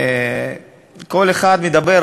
כל אחד מדבר,